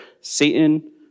Satan